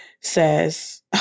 says